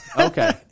okay